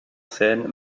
scène